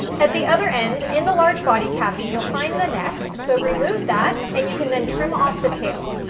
at the other end, in the large body cavity, you'll find the neck. so remove that and you can then trim off the tail.